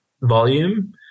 volume